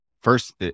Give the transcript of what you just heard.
First